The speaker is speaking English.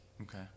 Okay